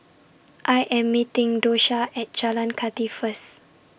I Am meeting Dosha At Jalan Kathi First